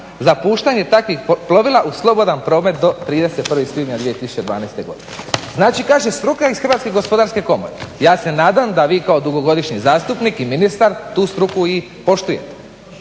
za puštanje takvih plovila u slobodan promet do 31. svibnja 2012. godine. Znači kaže struka iz Hrvatske gospodarske komore. Ja se nadam da vi kao dugogodišnji zastupnik i ministar tu struku i poštujete.